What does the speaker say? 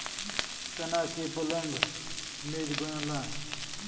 तना के पलंग मेज बनला